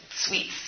sweets